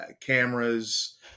cameras